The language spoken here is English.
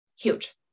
Huge